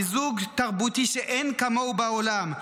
מיזוג תרבותי שאין כמוהו בעולם,